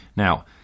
Now